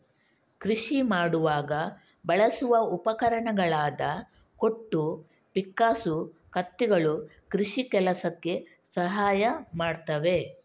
ಕೃಷಿ ಮಾಡುವಾಗ ಬಳಸುವ ಉಪಕರಣಗಳಾದ ಕೊಟ್ಟು, ಪಿಕ್ಕಾಸು, ಕತ್ತಿಗಳು ಕೃಷಿ ಕೆಲಸಕ್ಕೆ ಸಹಾಯ ಮಾಡ್ತವೆ